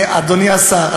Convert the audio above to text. אדוני השר,